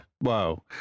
Wow